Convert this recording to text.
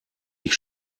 ich